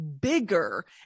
bigger